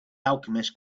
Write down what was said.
alchemist